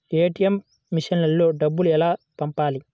ATM మెషిన్లో డబ్బులు ఎలా పంపాలి?